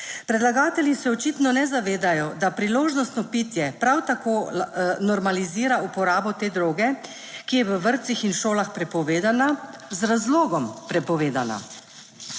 Predlagatelji se očitno ne zavedajo, da priložnostno pitje prav tako normalizira uporabo te droge, ki je v vrtcih in šolah prepovedana, z razlogom prepovedana.